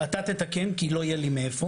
אתה תתקן, כי לא יהיה לי מאיפה.